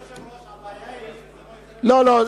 אדוני היושב-ראש, לא, לא.